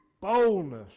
boldness